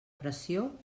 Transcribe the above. pressió